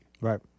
Right